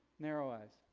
narrow eyes.